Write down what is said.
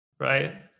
Right